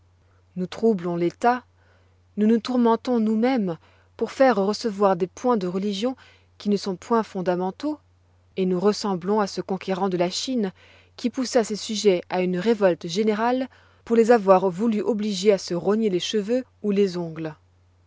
nous troublons l'état nous nous tourmentons nous-mêmes pour faire recevoir des points de religion qui ne sont point fondamentaux et nous ressemblons à ce conquérant de la chine qui poussa ses sujets à une révolte générale pour les avoir voulu obliger à se rogner les cheveux ou les ongles